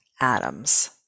atoms